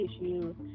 issues